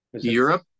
Europe